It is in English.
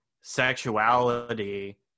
sexuality